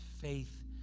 faith